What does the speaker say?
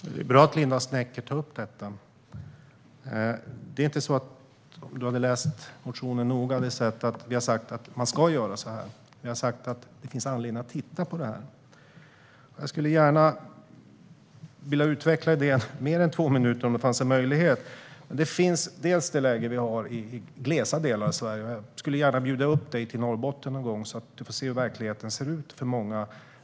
Herr talman! Det är bra att Linda Snecker tar upp detta. Om du hade läst motionen noga hade du sett att vi inte har sagt att man ska göra så här; vi har sagt att det finns anledning att titta på detta. Jag skulle gärna vilja utveckla idén under mer än två minuter om det fanns möjlighet. Jag skulle gärna bjuda upp dig till Norrbotten någon gång så du får se hur verkligheten för många ser ut i Sveriges glesbebyggda delar.